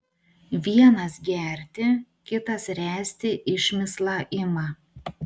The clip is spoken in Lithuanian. vienas gerti kitas ręsti išmislą ima